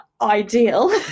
ideal